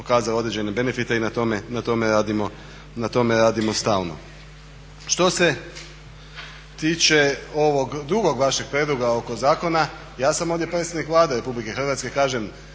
pokazala određene benefite i na tome radimo stalno. Što se tiče ovog drugog vašeg prijedloga oko zakona, ja sam ovdje predstavnik Vlade Republike Hrvatske, kažem